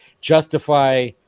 justify